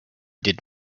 did